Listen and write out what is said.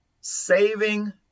saving